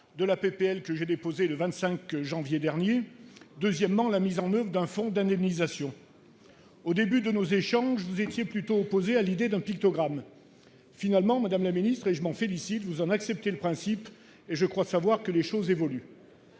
de loi que j'ai déposée le 25 février dernier. Elles réclament également la mise en oeuvre d'un fonds d'indemnisation. Au début de nos échanges, vous étiez plutôt opposée à l'idée d'un pictogramme. Finalement, et je m'en félicite, vous en acceptez le principe et je crois savoir que les choses évoluent